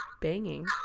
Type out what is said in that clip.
banging